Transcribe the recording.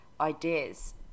ideas